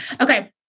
okay